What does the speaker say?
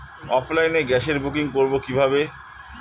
অফলাইনে গ্যাসের বুকিং করব কিভাবে?